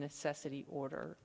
necessity order